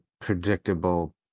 predictable